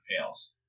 fails